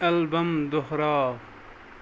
album دۄہراو